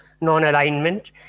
non-alignment